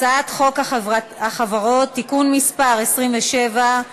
הצעת חוק החברות (תיקון מס' 27),